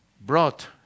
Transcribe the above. brought